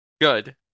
Good